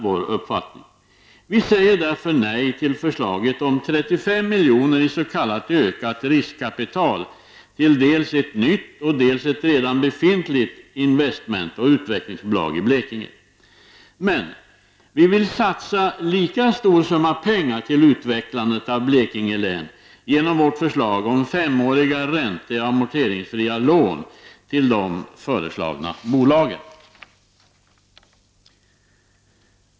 Vi säger därför nej till förslaget om 35 milj.kr. i s.k. ökat riskkapital till dels ett nytt, dels ett redan befintligt investmentoch utvecklingsbolag i Blekinge. Men vi vill satsa en lika stor summa pengar till utvecklandet av Blekinge län genom vårt förslag om femåriga ränteoch amorteringsfria lån till de föreslagna bolagen.